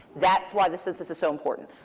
that's why the census is so important.